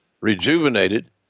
rejuvenated